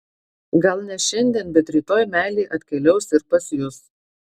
gal ne šiandien bet rytoj meilė atkeliaus ir pas jus